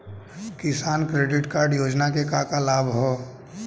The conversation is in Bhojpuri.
किसान क्रेडिट कार्ड योजना के का का लाभ ह?